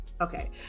Okay